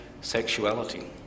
sexuality